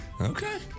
Okay